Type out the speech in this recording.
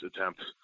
attempt